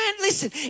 listen